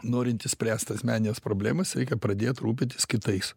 norint išspręst asmenines problemas reikia pradėt rūpitis kitais